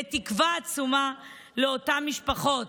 לתקווה עצומה לאותן משפחות.